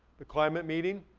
the climate meeting,